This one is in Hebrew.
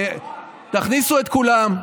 תכניסו את כולם.